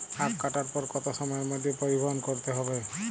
আখ কাটার পর কত সময়ের মধ্যে পরিবহন করতে হবে?